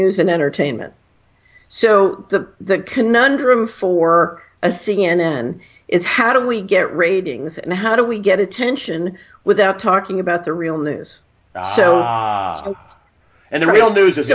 news and entertainment so the conundrum for a c n n is how do we get ratings and how do we get attention without talking about the real news so and the real news is